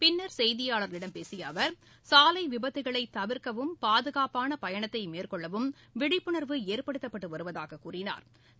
பின்னர் செய்தியாளர்களிடம் பேசிய அவர் சாலை விபத்துக்களை தவிர்க்கவும் பாதுகாப்பான பயணத்தை மேற்கொள்ளவும் விழிப்புணா்வு ஏற்படுத்தப்பட்டு வருவதாகக் கூறினாா்